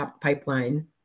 pipeline